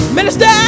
Minister